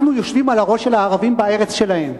אנחנו יושבים על הראש של הערבים בארץ שלהם,